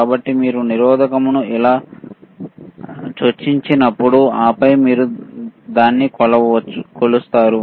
కాబట్టి మీరు నిరోధకంను ఇలా చొప్పించినప్పుడు ఆపై మీరు దాన్ని కొలుస్తారు